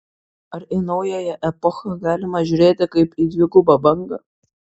ar į naująją epochą galima žiūrėti kaip į dvigubą bangą